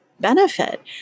benefit